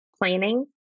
planning